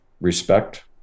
respect